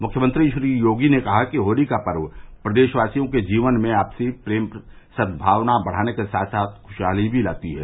मुख्यमंत्री श्री योगी ने कहा है कि होली का पर्व प्रदेशवासियों के जीवन में आपसी प्रेम सद्भावना बढ़ाने के साथ साथ खुशहाली भी लाती है